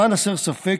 למען הסר ספק,